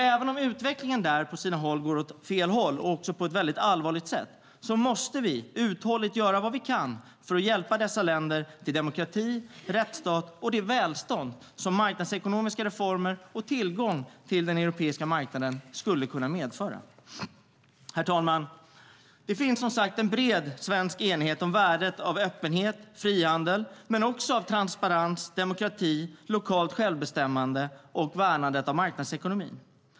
Även om utvecklingen där på sina håll går i fel riktning på ett allvarligt sätt måste vi uthålligt göra vad vi kan för att hjälpa dessa länder till demokrati och rättsstat och det välstånd som marknadsekonomiska reformer och tillgång till den europeiska marknaden skulle kunna medföra. Herr talman! Det finns som sagt en bred svensk enighet om värdet av öppenhet och frihandel samt om transparens, demokrati, lokalt självbestämmande och värnandet av marknadsekonomin.